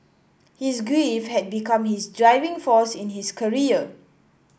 his grief had become his driving force in his career